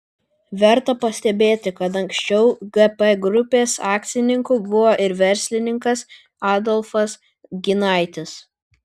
verta pastebėti kad anksčiau gp grupės akcininku buvo ir verslininkas adolfas ginaitis